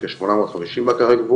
בתקופת השיא אנחנו כ- 850 בקרי גבול,